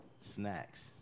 snacks